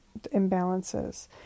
Imbalances